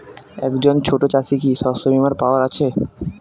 একজন ছোট চাষি কি শস্যবিমার পাওয়ার আছে?